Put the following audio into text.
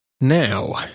Now